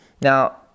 Now